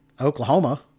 Oklahoma